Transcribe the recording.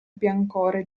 biancore